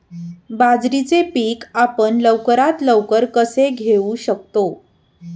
बाजरीचे पीक आपण लवकरात लवकर कसे घेऊ शकतो?